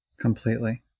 Completely